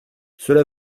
cela